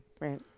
right